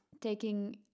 taking